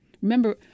Remember